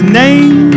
name